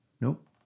nope